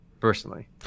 Personally